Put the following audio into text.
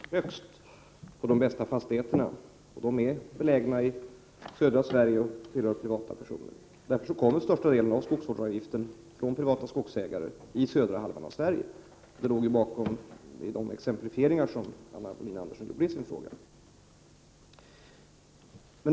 Fru talman! Det är självklart att skogsbruksvärdena är högst på de bästa fastigheterna, som är belägna i södra Sverige och tillhör privatpersoner. Därför kommer största delen av skogsvårdsavgifterna från privata skogsägare i södra halvan av Sverige. Det låg bakom de exemplifieringar Anna Wohlin-Andersson gjorde.